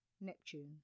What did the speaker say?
Neptune